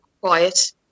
quiet